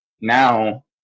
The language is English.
now